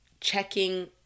checking